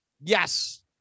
yes